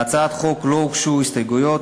להצעת החוק לא הוגשו הסתייגויות.